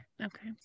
Okay